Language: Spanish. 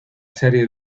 serie